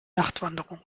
nachtwanderung